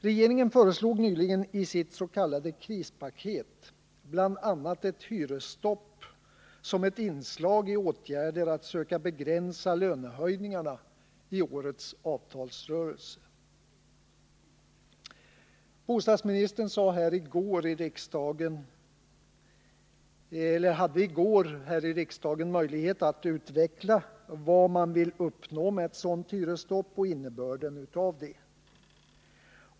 Regeringen föreslog nyligen i sitt s.k. krispaket bl.a. ett hyresstopp som ett inslag i åtgärder att söka begränsa lönehöjningarna i årets avtalsrörelse. Bostadsministern hade i går i riksdagen möjlighet att utveckla vad man vill uppnå med ett sådant hyresstopp och innebörden av det.